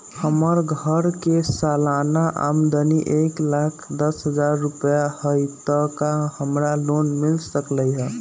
हमर घर के सालाना आमदनी एक लाख दस हजार रुपैया हाई त का हमरा लोन मिल सकलई ह?